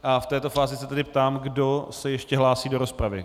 V této fázi se tedy ptám, kdo se ještě hlásí do rozpravy.